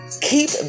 keep